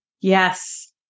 Yes